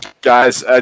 guys